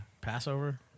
Passover